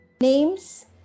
Names